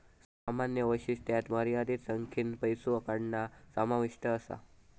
सामान्य वैशिष्ट्यांत मर्यादित संख्येन पैसो काढणा समाविष्ट असा